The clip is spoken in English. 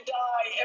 die